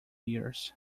years